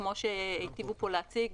כמו שהטיבו פה להציג,